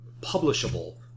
publishable